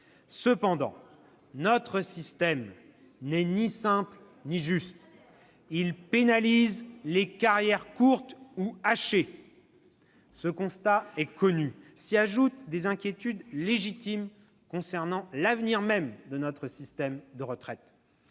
Cependant, notre système n'est ni simple ni juste. Il pénalise les carrières courtes ou hachées. Ce constat est connu. S'y ajoutent des inquiétudes légitimes concernant son avenir. « Le haut-commissaire